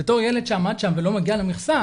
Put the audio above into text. בתור ילד שעמד שם ולא מגיע למכסה,